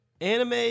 anime